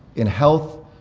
in health,